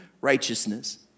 righteousness